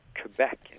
Quebec